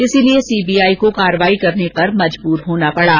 इसलिए सीबीआई को कार्रवाई करने पर मजबूर होना पड़ा